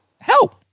help